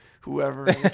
whoever